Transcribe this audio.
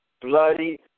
bloody